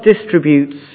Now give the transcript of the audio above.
distributes